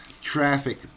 traffic